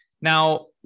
Now